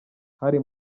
hari